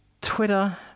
Twitter